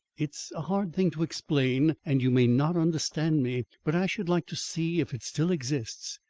it's a hard thing to explain and you may not understand me, but i should like to see, if it still exists,